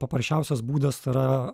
paprasčiausias būdas tai yra